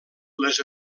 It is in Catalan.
les